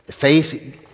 faith